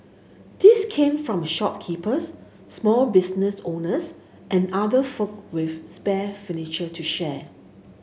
these came from shopkeepers small business owners and other folk with spare furniture to share